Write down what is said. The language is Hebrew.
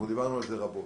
דיברנו על זה רבות,